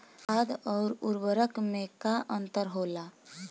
खाद्य आउर उर्वरक में का अंतर होला?